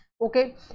okay